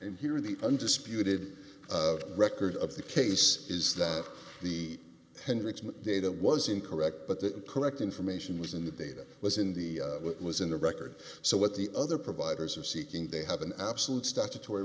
and here the undisputed record of the case is that the hendrix data was incorrect but the correct information was in the data was in the what was in the record so what the other providers are seeking they have an absolute statutory